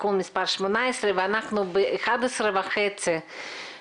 תיקון מס' 18. אנחנו ב-11:30 נקיים